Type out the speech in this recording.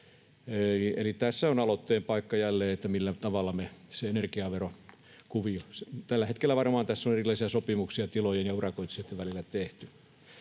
Eli tässä on aloitteen paikka jälleen, millä tavalla me se energiaverokuvio... Tällä hetkellä varmaan tässä on erilaisia sopimuksia tilojen ja urakoitsijoitten välillä tehty.